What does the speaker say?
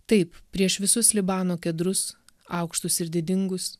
taip prieš visus libano kedrus aukštus ir didingus